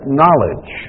knowledge